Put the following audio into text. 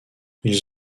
ils